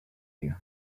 you